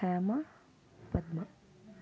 Hema Padma